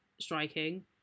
striking